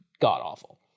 god-awful